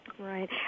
Right